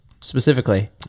specifically